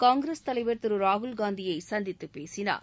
காங்கிரஸ் தலைவர் திரு ராகுல் காந்தியை சந்தித்து பேசினார்